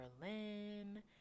Berlin